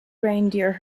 reindeer